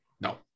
No